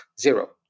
Zero